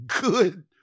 good